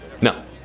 No